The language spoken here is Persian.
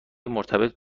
مرتبط